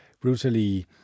brutally